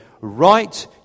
right